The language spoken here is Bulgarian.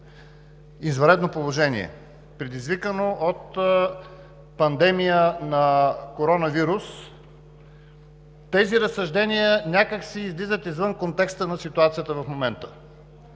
извънредно положение, предизвикано от пандемия на коронавирус, тези разсъждения някак си излизат извън контекста на ситуацията в момента.